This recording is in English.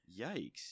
Yikes